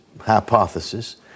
hypothesis